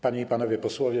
Panie i Panowie Posłowie!